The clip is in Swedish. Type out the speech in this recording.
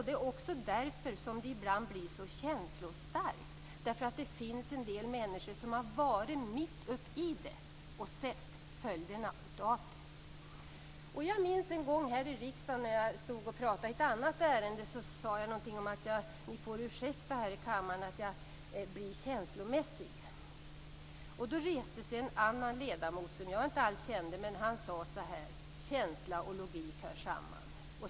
Det är också därför det ibland blir så känslostarkt: Det finns människor som har varit mitt uppe i detta och sett följderna av det. Jag minns en gång när jag stod här i riksdagen och pratade i ett annat ärende. Jag sade då någonting om att kammaren fick ursäkta att jag blir känslomässig. Då reste sig en annan ledamot, som jag inte alls kände, och sade: Känsla och logik hör samman.